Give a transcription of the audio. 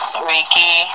Reiki